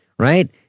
right